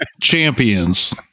champions